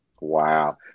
Wow